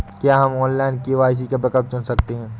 क्या हम online KYC का विकल्प चुन सकते हैं?